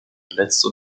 verletzte